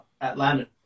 Atlanta